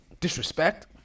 disrespect